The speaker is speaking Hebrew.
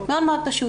מאוד פשוט.